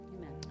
amen